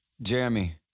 Jeremy